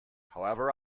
however